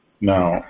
Now